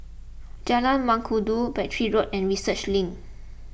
Jalan Mengkudu Battery Road and Research Link